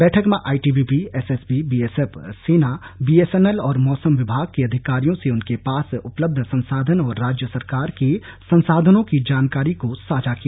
बैठक में ITBP SSB BSF सेना बीएसएनएल और मौसम विभाग के अधिकारियों से उनके पास उपलब्ध संसाधन और राज्य सरकार के संसाधनों की जानकारी को साझा किया